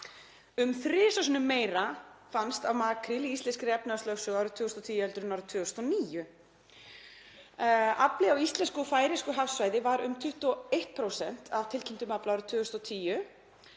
Um þrisvar sinnum meira fannst af makríl í íslenskri efnahagslögsögu árið 2010 en árið 2009. Afli á íslensku og færeysku hafsvæði var um 21% af tilkynntum afla árið 2010.